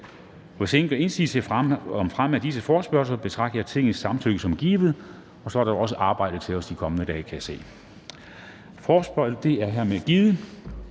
Hvis ingen gør indsigelse mod fremme af disse forespørgsler, betragter jeg Tingets samtykke som givet; og så er der også arbejde til os i de kommende dage, kan jeg se. Samtykke er hermed givet.